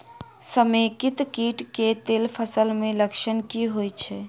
समेकित कीट केँ तिल फसल मे लक्षण की होइ छै?